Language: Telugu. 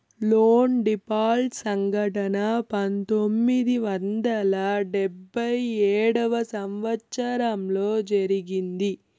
లోన్ డీపాల్ట్ సంఘటన పంతొమ్మిది వందల డెబ్భై ఏడవ సంవచ్చరంలో జరిగింది